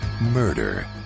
murder